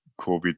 COVID